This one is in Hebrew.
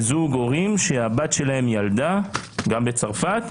זוג הורים שהבת שלהם ילדה בצרפת,